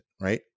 right